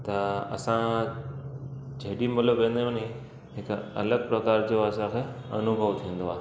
त असां जेॾी महिल बि वेंदा आहियूं नी हिक अलॻि प्रकार जो असांखे अनुभव थींदो आहे